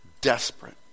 desperate